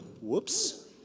Whoops